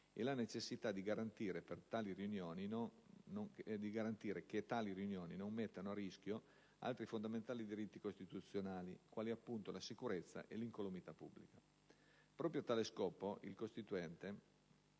e la necessità di garantire che tali riunioni non mettano a rischio altri fondamentali diritti costituzionali, quali appunto la sicurezza e l'incolumità pubblica. Proprio a tale scopo, il Costituente